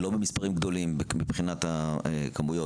לא במספרים גדולים מבחינת הכמויות,